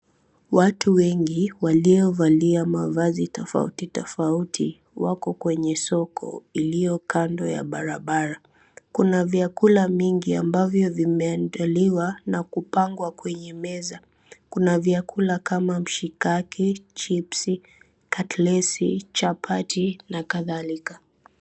Watu wengi waliovalia mavazi tafauti tafauti wako kwenye soko iliyo kando ya barabara, kuna vyakula mingi ambavyo vimeandaliwa na kupangwa kwenye meza kuna vyakula kama mshikaki, chipsi, katelesi, chapati na kadhalika.